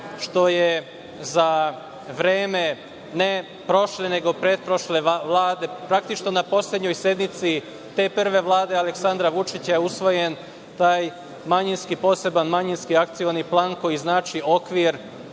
što je za vreme ne prošle, nego pretprošle Vlade, praktično na poslednjoj sednici te prve Vlade Aleksandra Vučića usvojen je taj poseban manjinski akcioni plan koji znači okvir